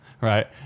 Right